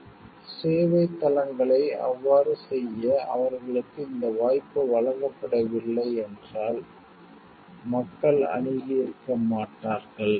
இந்த சேவை தளங்களை அவ்வாறு செய்ய அவர்களுக்கு இந்த வாய்ப்பு வழங்கப்படவில்லை என்றால் மக்கள் அணுகியிருக்க மாட்டார்கள்